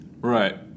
Right